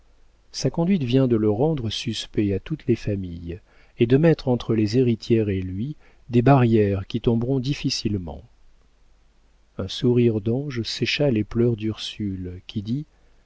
sa conduite vient de le rendre suspect à toutes les familles et de mettre entre les héritières et lui des barrières qui tomberont difficilement un sourire d'ange sécha les pleurs d'ursule qui dit